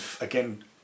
again